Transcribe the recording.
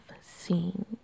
seen